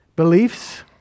Beliefs